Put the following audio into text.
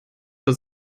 das